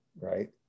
right